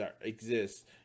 exist